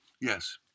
Yes